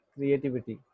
Creativity